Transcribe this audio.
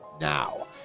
now